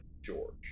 George